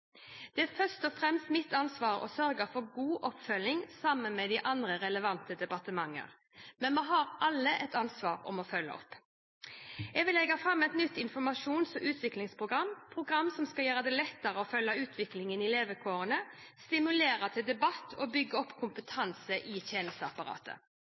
Det er først og fremst mitt ansvar å sørge for en god oppfølging, sammen med andre relevante departementer. Men vi har alle et ansvar for å følge opp. Jeg vil legge fram et nytt informasjons- og utviklingsprogram, som skal gjøre det lettere å følge utviklingen i levekårene, stimulere til debatt og bygge opp